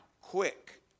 quick